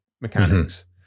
mechanics